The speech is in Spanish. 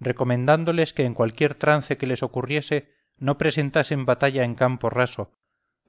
recomendándoles que en cualquier trance que les ocurriese no presentasen batalla en campo raso